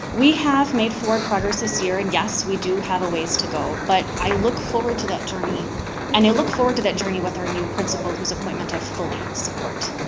we have made forward progress this year, and yes, we do have a ways to go, but i look forward to that journey and i look forward to that journey with our new principal, whose appointment i fully support.